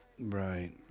right